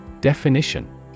Definition